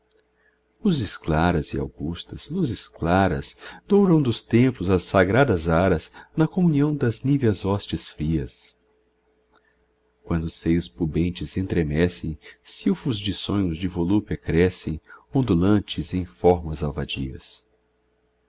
descreve luzes claras e augustas luzes claras douram dos templos as sagradas aras na comunhão das níveas hóstias frias quando seios pubentes estremecem silfos de sonhos de volúpia crescem ondulantes em formas alvadias